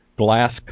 glass